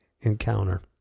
encounter